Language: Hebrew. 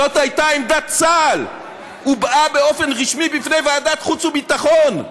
זו הייתה עמדת צה"ל הובעה באופן רשמי בפני ועדת חוץ וביטחון.